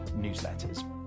newsletters